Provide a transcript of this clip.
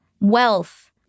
wealth